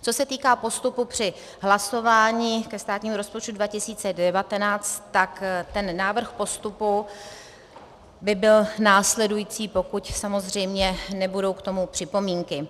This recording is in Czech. Co se týká postupu při hlasování ke státnímu rozpočtu 2019, tak ten návrh postupu by byl následující, pokud samozřejmě nebudou k tomu připomínky.